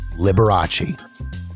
Liberace